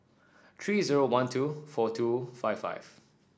three zero one two four two five five